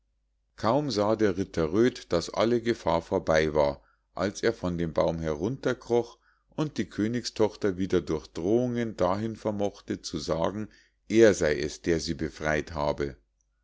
kaum sah der ritter röd daß alle gefahr vorbei war als er von dem baum herunterkroch und die königstochter wieder durch drohungen dahin vermochte zu sagen er sei es der sie befrei't habe